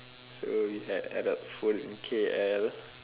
so we had Arab food in K_L